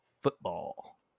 football